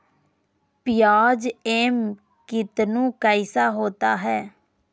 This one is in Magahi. प्याज एम कितनु कैसा होता है?